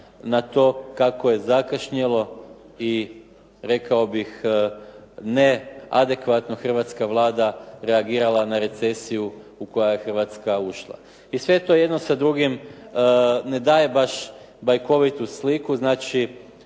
na to kako je zakašnjelo i rekao bih neadekvatno hrvatska Vlada reagirala na recesiju u koju je Hrvatska ušla. I sve to jedno sa drugim ne daje baš bajkovitu sliku, znači